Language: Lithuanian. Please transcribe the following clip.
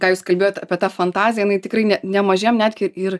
ką jūs kalbėjot apie tą fantaziją jinai tikrai ne nemažiem netgi ir